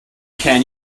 can